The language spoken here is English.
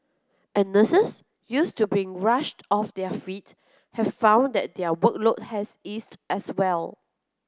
and nurses used to being rushed off their feet have found that their workload has eased as well